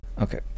Okay